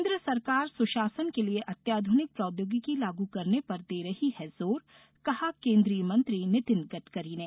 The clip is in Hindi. केन्द्र सरकार सुशासन के लिए अत्याध्रनिक प्रौद्योगिकी लागू करने पर दे रही है जोर कहा केन्द्रीय मंत्री नितिन गडकरी ने